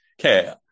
Okay